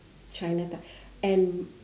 china and